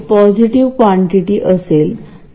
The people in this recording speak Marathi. मी रेजिस्टरद्वारे जोडत आहे इथे मी त्याला RG म्हणतो